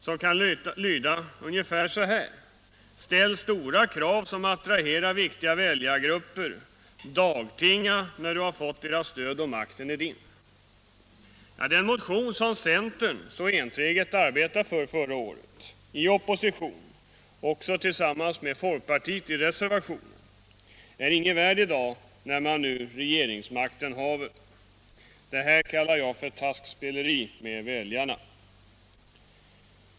Det kan lyda ungefär så här: Ställ stora krav som attraherar viktiga väljargrupper — dagtinga när du har fått deras stöd och makten är din. Den motion som centern så enträget arbetade för förra året i opposition —- och tillsammans med folkpartiet i reservation — är inget värd i dag när man regeringsmakten haver. Det kallar jag för taskspeleri med väljarna.